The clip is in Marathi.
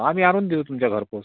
आम्ही आणून देऊ तुमच्या घरपोच